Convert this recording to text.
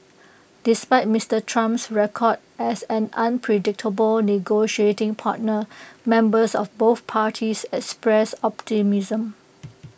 despite Mister Trump's record as an unpredictable negotiating partner members of both parties expressed optimism